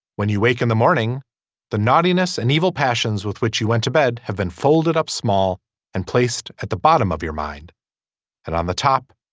when you wake in the morning the nastiness and evil passions with which you went to bed have been folded up small and placed at the bottom of your mind and on the top.